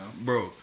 Bro